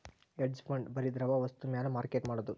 hedge fund ಬರಿ ದ್ರವ ವಸ್ತು ಮ್ಯಾಲ ಮಾರ್ಕೆಟ್ ಮಾಡೋದು